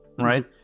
right